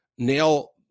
nail